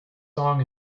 song